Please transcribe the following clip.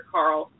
Carl